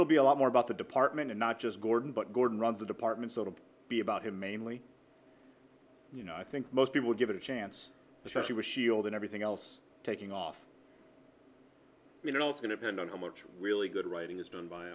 it'll be a lot more about the department and not just gordon but gordon runs the department so it'll be about him mainly you know i think most people give it a chance especially with shield and everything else taking off you know it's going to end on how much really good writing is done by